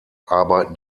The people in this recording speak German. arbeiten